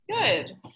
Good